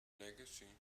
legacy